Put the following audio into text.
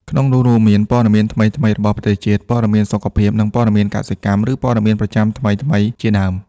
ក្នុងនោះរួមមាន ព័ត៌មានថ្មីៗរបស់ប្រទេសជាតិ ព័ត៌មានសុខភាព និងព័ត៌មានកសិកម្ម ឬព័ត៌មានប្រចាំថ្មីៗជាដើម។